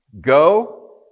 Go